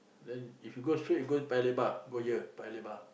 then if you go straight you go Paya Lebar go here Paya Lebar